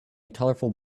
colorful